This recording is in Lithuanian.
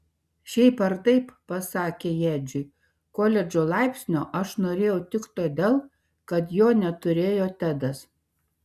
šiaip ar taip pasakė ji edžiui koledžo laipsnio aš norėjau tik todėl kad jo neturėjo tedas